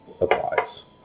applies